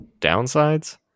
downsides